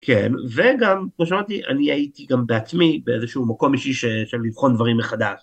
כן, וגם, כמו שאמרתי, אני הייתי גם בעצמי באיזשהו מקום אישי של של לבחון דברים מחדש.